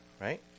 right